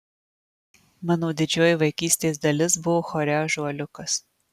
mano didžioji vaikystės dalis buvo chore ąžuoliukas